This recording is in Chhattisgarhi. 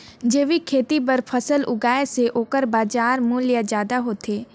जैविक खेती बर फसल उगाए से ओकर बाजार मूल्य ज्यादा होथे